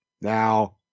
Now